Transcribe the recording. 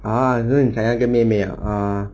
oh 所以你想要一个妹妹 ah